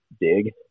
dig